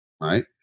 right